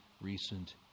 recent